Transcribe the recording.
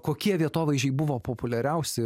kokie vietovaizdžiai buvo populiariausi